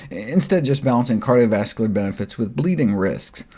instead just balancing cardiovascular benefits with bleeding risks.